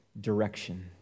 direction